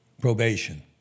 probation